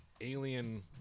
alien